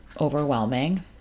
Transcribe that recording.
overwhelming